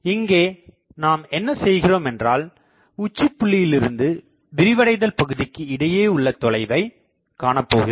இங்கே நாம் என்ன செய்கிறோம் என்றால் உச்சிபுள்ளியிலிருந்து விரிவடைதல் பகுதிக்கு இடையே உள்ளதொலைவை காணப்போகிறோம்